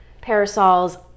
parasols